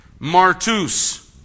Martus